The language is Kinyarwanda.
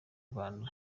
rwanda